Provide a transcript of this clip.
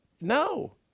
No